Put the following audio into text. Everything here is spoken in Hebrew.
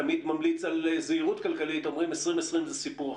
תמיד בזהירות כלכלית אומר ששנת 2020 היא סיפור אחר.